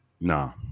Nah